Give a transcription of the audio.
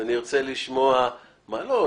ואני ארצה לשמוע ------ מה לא?